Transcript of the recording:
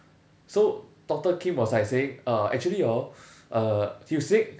so doctor kim was like saying uh actually orh uh if you sick